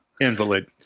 invalid